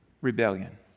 rebellion